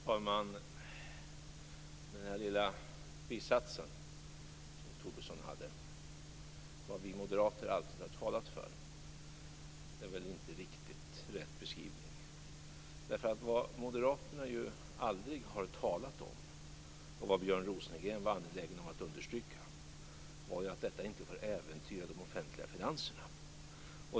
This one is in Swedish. Fru talman! Den lilla bisatsen som Lars Tobisson hade i sitt anförande - vad vi moderater alltid har talat för - är väl inte riktigt rätt beskrivning. Vad Moderaterna aldrig har talat om, och vad Björn Rosengren var angelägen om att understryka, var ju att detta inte får äventyra de offentliga finanserna.